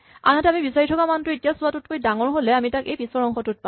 আনহাতে আমি বিচাৰি থকা মানটো এতিয়া চোৱাটোতকৈ ডাঙৰ হ'লে আমি তাক এই পিছৰ অংশটোত পাম